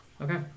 Okay